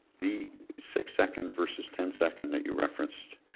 the six seconds versus ten seconds that you referenced,